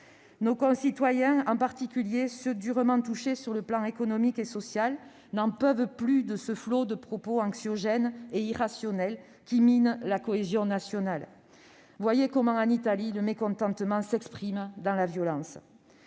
Nos concitoyens, en particulier ceux qui sont durement touchés sur le plan économique et social, n'en peuvent plus de ce flot de propos anxiogènes et irrationnels qui minent la cohésion nationale. Voyez comment en Italie le mécontentement s'exprime dans la violence